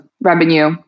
revenue